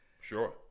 Sure